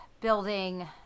building